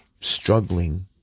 struggling